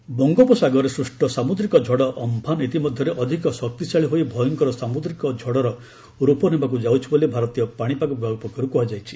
Amphan ବଙ୍ଗୋପସାଗରରେ ସୃଷ୍ଟ ସାମୁଦ୍ରିକ ଝଡ଼ ଅଫ୍ଞାନ ଇତିମଧ୍ୟରେ ଅଧିକ ଶକ୍ତିଶାଳୀ ହୋଇ ଭୟଙ୍କର ସାମୁଦ୍ରିକ ଝଡ଼ର ରୂପ ନେବାକୁ ଯାଉଛି ବୋଲି ଭାରତୀୟ ପାଣିପାଗ ବିଭାଗ ପକ୍ଷରୁ କୁହାଯାଇଛି